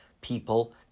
people